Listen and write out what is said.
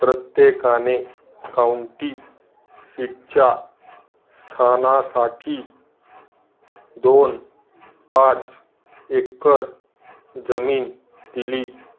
प्रत्येकाने काउंटी सीटच्या स्थानासाठी दोन पाच एकर जमीन दिली